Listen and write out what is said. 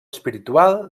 espiritual